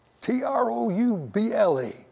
T-R-O-U-B-L-E